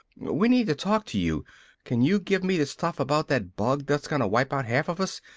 we need to talk to you can you give me the stuff about that bug that's gonna wipe out half of us?